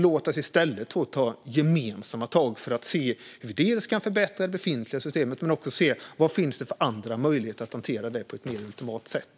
Låt oss i stället ta gemensamma tag för att se hur vi kan förbättra det befintliga systemet men också se vad det finns för andra möjligheter att hantera detta på ett mer ultimat sätt.